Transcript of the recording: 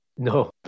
No